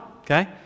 okay